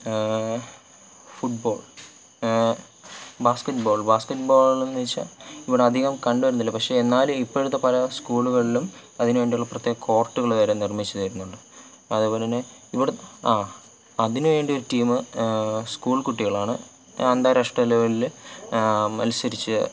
football basketball ബാസ്ക്കറ്റ്ബോളെന്നു വെച്ചാൽ ഇവിടെ അധികം കണ്ടു വരുന്നില്ല പക്ഷേ എന്നാലും ഇപ്പോഴത്തെ പല സ്കൂളുകളിലും അതിനുവേണ്ടിയുള്ള പ്രത്യേക കോർട്ടുകൾ വരെ നിർമ്മിച്ചു തരുന്നുണ്ട് അതേപോലെതന്നെ ഇവിടെ ആ അതിനുവേണ്ടി ഒരു ടീം സ്കൂൾ കുട്ടികളാണ് അന്താരാഷ്ട്ര ലെവലിൽ മത്സരിച്ച്